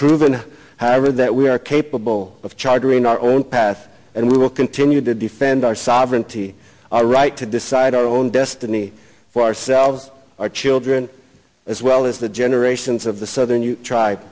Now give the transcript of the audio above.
proven however that we are capable of chartering our own path and we will continue to defend our sovereignty our right to decide our own destiny for ourselves our children as well as the generations of the southern you try